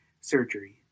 surgery